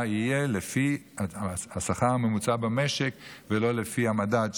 יהיה לפי השכר הממוצע במשק ולא לפי המדד,